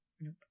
Nope